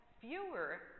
fewer